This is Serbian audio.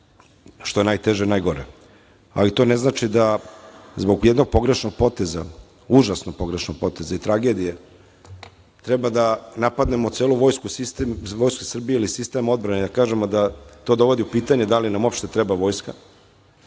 što je najteže i najgore, ali to ne znači da zbog jednog pogrešnog poteza, užasno pogrešnog poteza i jedne tragedije, treba da napadnemo vojsku Srbije ili sistem odbrane i da kažemo da to dovodimo u pitanje da li nam uopšte treba vojska